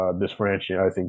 disfranchising